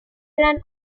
and